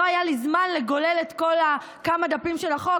לא היה לי זמן לגולל את כל הדפים של החוק,